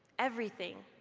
everything,